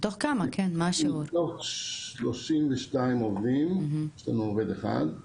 מתוך 32 עובדים יש לנו עובד אחד.